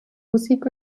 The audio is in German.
musik